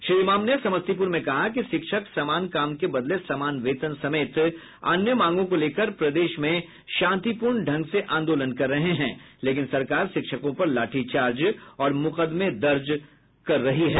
श्री इमाम ने समस्तीपुर कहा कि शिक्षक समान काम के बदले समान वेतन समेत अन्य मांगों को लेकर प्रदेश मे शांतिपूर्ण ढंग से आंदोलन कर रहे हैं लेकिन सरकार शिक्षकों पर लाठीचार्ज और मुकदमें दर्ज कर रही है